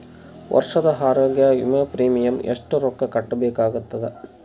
ವರ್ಷದ ಆರೋಗ್ಯ ವಿಮಾ ಪ್ರೀಮಿಯಂ ಎಷ್ಟ ರೊಕ್ಕ ಕಟ್ಟಬೇಕಾಗತದ?